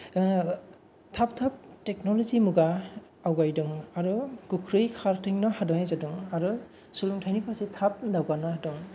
थाब थेखन'लजि मुगा आवगायदों आरो गोख्रै खारदिंनो हानाय जादों आरो सोलोंथाय नि फारसे थाब दावगानो हादों